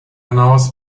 hinaus